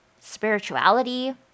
Spirituality